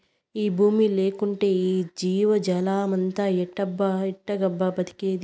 ఈ బూమి లేకంటే ఈ జీవజాలమంతా ఎట్టాగబ్బా బతికేది